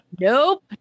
Nope